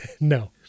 No